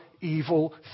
evil